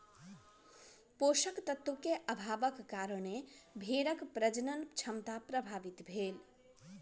पोषक तत्व के अभावक कारणें भेड़क प्रजनन क्षमता प्रभावित भेल